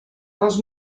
els